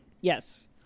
Yes